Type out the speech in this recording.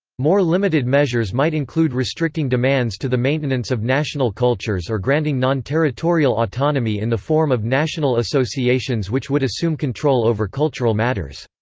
more limited measures might include restricting demands to the maintenance of national cultures or granting non-territorial autonomy in the form of national associations which would assume control over cultural matters.